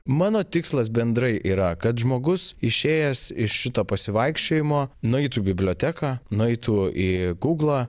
mano tikslas bendrai yra kad žmogus išėjęs iš šito pasivaikščiojimo nueitų į biblioteką nueitų į guglą